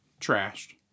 Trashed